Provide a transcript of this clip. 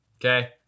okay